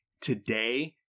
today